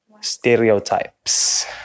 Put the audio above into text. stereotypes